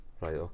Right